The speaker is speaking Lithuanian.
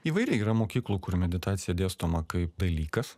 įvairiai yra mokyklų kur meditacija dėstoma kaip dalykas